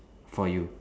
for you